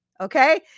Okay